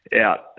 out